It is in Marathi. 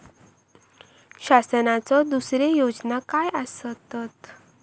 शासनाचो दुसरे योजना काय आसतत?